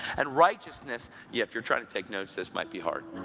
and righteousness yeah, if you're trying to take notes, this might be hard